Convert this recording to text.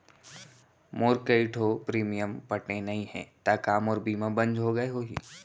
मोर कई ठो प्रीमियम पटे नई हे ता का मोर बीमा बंद हो गए होही?